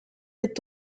est